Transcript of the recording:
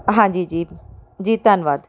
ਹਾਂਜੀ ਜੀ ਜੀ ਧੰਨਵਾਦ